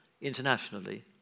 internationally